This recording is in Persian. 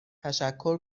تشکر